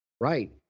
right